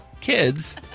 kids